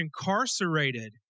incarcerated